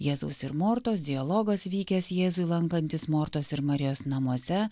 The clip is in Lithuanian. jėzaus ir mortos dialogas vykęs jėzui lankantis mortos ir marijos namuose